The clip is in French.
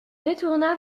détourna